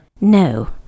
No